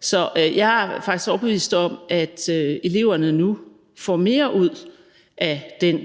Så jeg er faktisk overbevist om, at eleverne får mere ud af den